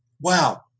wow